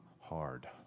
hard